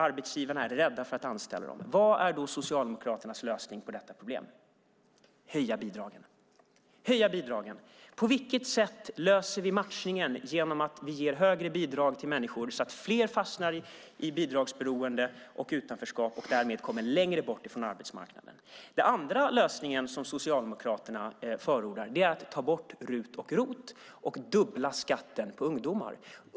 Arbetsgivarna är rädda för att anställa dem. Vad är då Socialdemokraternas lösning på detta problem? Jo, att höja bidragen! På vilket sätt löser vi matchningen genom att ge högre bidrag till människor så att fler fastnar i bidragsberoende och utanförskap och därmed kommer längre bort från arbetsmarknaden? Den andra lösningen som Socialdemokraterna förordar är att ta bort RUT och ROT och dubbla skatten på ungdomars arbete.